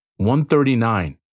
139